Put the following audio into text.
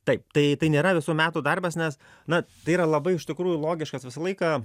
taip tai tai nėra visų metų darbas nes na tai yra labai iš tikrųjų logiškas visą laiką